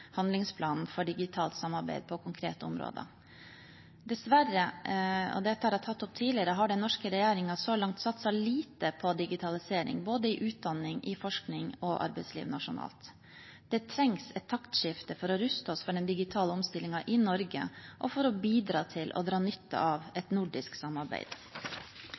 handlingsplanen for digitalt samarbeid på konkrete områder. Dessverre, og det har jeg tatt opp tidligere, har den norske regjeringen så langt satset lite på digitalisering, både i utdanning, i forskning og i arbeidslivet nasjonalt. Det trengs et taktskifte for å ruste oss for den digitale omstillingen i Norge og for å bidra til å dra nytte av et nordisk samarbeid.